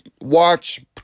watch